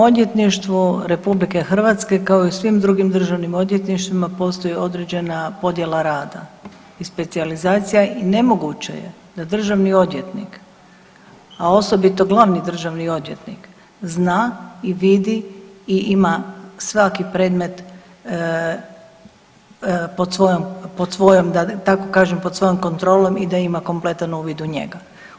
U DORH-u kao i u svim drugim državnim odvjetništvima postoji određena podjela rada i specijalizacija i nemoguće je da državni odvjetnik, a osobito glavni državni odvjetnik zna i vidi i ima svaki predmet pod svojom da tako kažem pod svojom kontrolom i da ima kompletan uvid u njega.